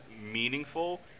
meaningful